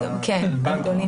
קודם כול,